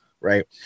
Right